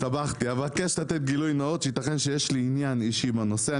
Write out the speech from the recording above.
אבקש לתת גילוי נאות שייתכן שיש לי עניין אישי בנושא,